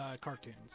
cartoons